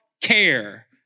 care